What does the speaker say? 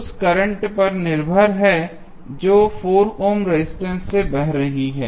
उस करंट पर निर्भर है जो 4 ओम रेजिस्टेंस से बह रही है